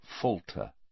falter